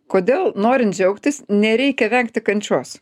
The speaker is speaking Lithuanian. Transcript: kodėl norint džiaugtis nereikia vengti kančios